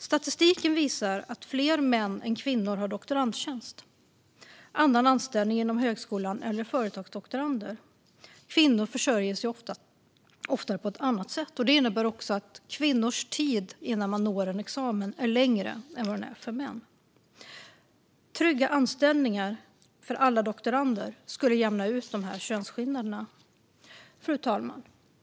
Statistiken visar att fler män än kvinnor har doktorandtjänst, annan anställning inom högskolan eller är företagsdoktorander. Kvinnor försörjer sig oftare på ett annat sätt. Det innebär också att kvinnors tid innan de når en examen är längre än för män. Trygga anställningar för alla doktorander skulle jämna ut dessa könsskillnader. Fru talman!